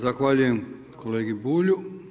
Zahvaljujem kolegi Bulju.